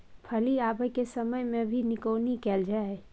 फली आबय के समय मे भी निकौनी कैल गाय?